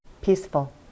Peaceful